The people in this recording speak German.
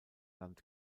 land